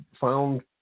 found